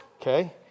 Okay